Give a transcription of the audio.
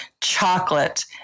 chocolate